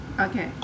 Okay